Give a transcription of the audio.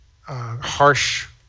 harsh